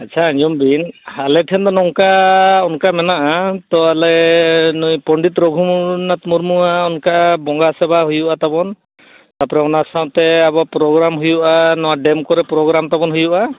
ᱟᱪᱪᱷᱟ ᱟᱸᱡᱚᱢ ᱵᱤᱱ ᱟᱞᱮ ᱴᱷᱮᱱ ᱫᱚ ᱱᱚᱝᱠᱟ ᱚᱱᱠᱟ ᱢᱮᱱᱟᱜᱼᱟ ᱛᱚ ᱟᱞᱮ ᱱᱩᱭ ᱯᱚᱰᱤᱛ ᱨᱚᱜᱷᱩᱱᱟᱛᱷ ᱢᱩᱨᱢᱩᱣᱟᱜ ᱚᱱᱠᱟ ᱵᱚᱸᱜᱟ ᱥᱮᱵᱟ ᱦᱩᱭᱩᱜᱼᱟ ᱛᱟᱵᱚᱱ ᱛᱟᱨᱯᱚᱨᱮ ᱚᱱᱟ ᱥᱟᱶᱛᱮ ᱟᱵᱚᱣᱟᱜ ᱯᱨᱳᱜᱨᱟᱢ ᱦᱩᱭᱩᱜᱼᱟ ᱱᱚᱣᱟ ᱰᱮᱢ ᱠᱚᱨᱮᱜ ᱯᱨᱳᱜᱨᱟᱢ ᱛᱟᱵᱚᱱ ᱦᱩᱭᱩᱜᱼᱟ